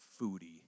foodie